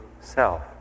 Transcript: self